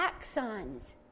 axons